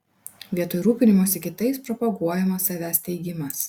vietoj rūpinimosi kitais propaguojamas savęs teigimas